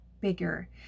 bigger